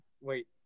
Wait